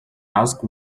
asked